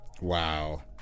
Wow